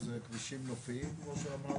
זה כבישים נופיים כמו שאמרת,